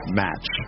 match